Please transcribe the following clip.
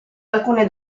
alcune